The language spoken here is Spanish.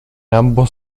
ambos